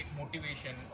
motivation